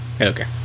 Okay